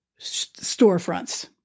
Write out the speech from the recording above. storefronts